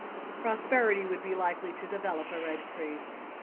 prosperity would be likely to develop a red crease.